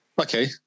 Okay